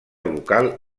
local